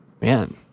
man